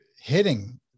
hitting